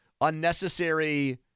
unnecessary